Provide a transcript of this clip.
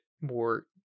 more